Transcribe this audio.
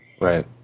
Right